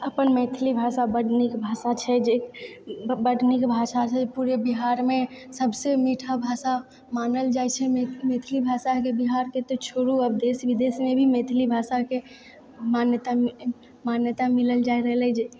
अपन मैथिली भाषा बड नीक भाषा छै जे ब बड नीक भाषा छै जे पुरे बिहारमे सभसँ मीठा भाषा मानल जाइत छै मे मैथिली भाषाके बिहारके तऽ छोड़ू आब तऽ देश विदेशमे मैथिली भाषाके मान्यता मिल मान्यता मिलल जे रहलैहँ